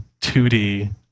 2D